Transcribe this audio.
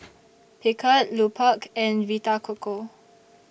Picard Lupark and Vita Coco